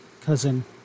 cousin